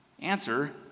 Answer